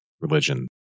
religion